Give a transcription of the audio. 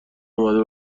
اومده